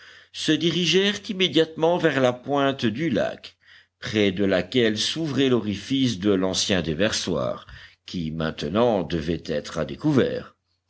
se dirigèrent immédiatement vers la pointe du lac près de laquelle s'ouvrait l'orifice de l'ancien déversoir qui maintenant devait être à découvert